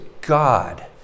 God